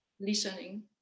listening